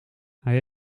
hij